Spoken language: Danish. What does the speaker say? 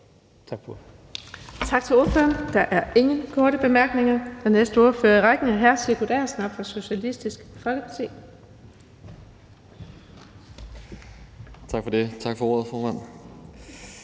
Tak for ordet.